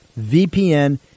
VPN